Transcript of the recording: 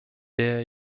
der